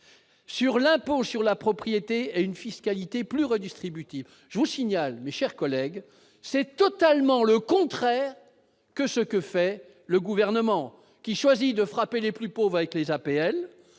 de l'impôt sur la propriété et d'une fiscalité plus redistributive. Je vous signale, mes chers collègues, que c'est absolument le contraire de ce que fait le Gouvernement, qui choisit de frapper les plus pauvres par la